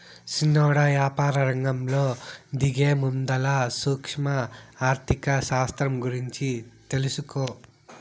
సిన్నోడా, యాపారరంగంలో దిగేముందల సూక్ష్మ ఆర్థిక శాస్త్రం గూర్చి తెలుసుకో